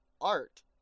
art